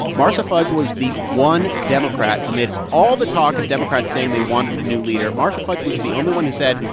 marcia fudge was the one democrat amidst all the talk of democrats saying they wanted a new leader, marcia fudge was the only one who said,